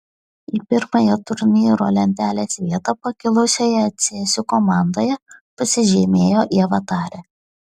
į pirmąją turnyro lentelės vietą pakilusioje cėsių komandoje pasižymėjo ieva tarė